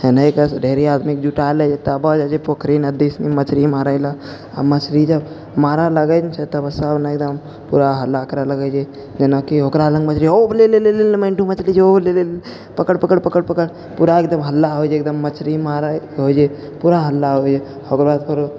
हेन्नेके ढेरी आदमीके जुटालए छै तबऽ जाइ छै पोखरी नदी मछरी मारैलए आओर मछरी जब मारऽ लगै ने छै तबऽ सब ने एकदम पूरा हल्ला करऽ लगै छै जेनाकि ओकरा लङ्ग बजेले ओ लेले लेले मन्टू मछरी छै ओ लेले पकड़ पकड़ पकड़ पकड़ पूरा एकदम हल्ला होइ छै एकदम मछरी मारै होइ जे पूरा हल्ला होइ छै ओकर बाद फेरो